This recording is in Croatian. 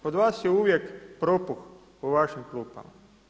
Kod vas je uvijek propuh u vašim klupama.